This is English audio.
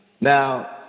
Now